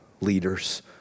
leaders